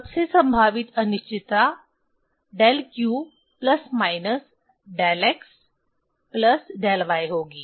सबसे संभावित अनिश्चितता del q plus minus del x plus del y होगी